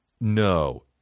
no